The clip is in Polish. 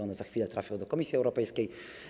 One za chwilę trafią do Komisji Europejskiej.